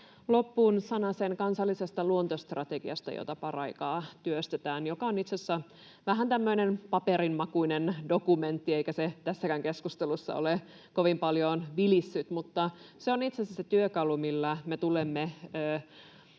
loppuun sanasen kansallisesta luontostrategiasta, jota paraikaa työstetään ja joka on itse asiassa vähän tämmöinen paperinmakuinen dokumentti, eikä se tässäkään keskustelussa ole kovin paljon vilissyt. Mutta se on itse asiassa työkalu, millä me osoitamme,